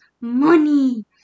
Money